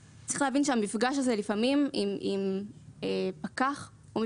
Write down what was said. צריך להבין שהמפגש הזה עם פקח הוא לפעמים